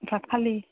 ভাত খালি